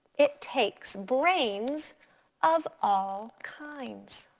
it takes brains of all kinds.